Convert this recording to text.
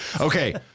Okay